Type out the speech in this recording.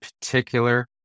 particular